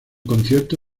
concierto